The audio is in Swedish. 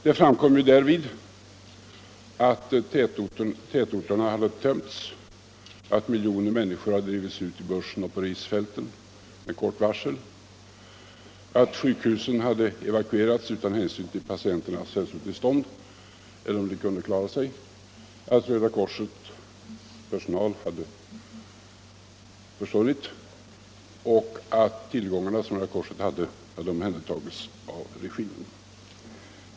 Det framkom därvid att tätorterna hade tömts, att miljoner människor hade drivits ut i bushen och på risfälten med kort varsel, att sjukhusen hade evakuerats utan hänsyn till patienternas hälsotillstånd eller om de kunde klara sig, att Röda korsets personal hade försvunnit och Röda korsets tillgångar hade omhändertagits av regimen.